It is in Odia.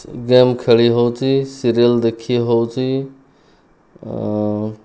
ଗେମ୍ ଖେଳିହେଉଛି ସିରିଏଲ୍ ଦେଖିହେଉଛି